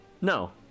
no